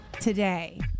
today